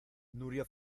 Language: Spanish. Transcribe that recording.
nuria